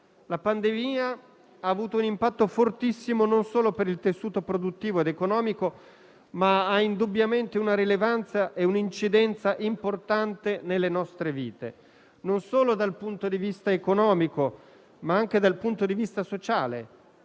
La pandemia ha avuto un impatto fortissimo per il tessuto produttivo ed economico, ma ha indubbiamente una rilevanza e un'incidenza importanti nelle nostre vite dal punto di vista non solo economico, ma anche sociale.